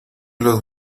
los